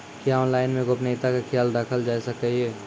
क्या ऑनलाइन मे गोपनियता के खयाल राखल जाय सकै ये?